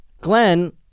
Glenn